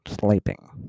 sleeping